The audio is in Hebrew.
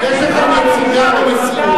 חבר הכנסת חנא סוייד.